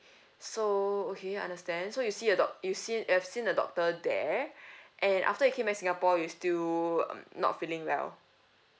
so okay understand so you see a doc~ you've seen you have seen the doctor there and after you came back singapore you still um not feeling well